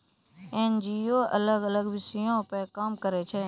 NGO अलग अलग विषयो पे काम करै छै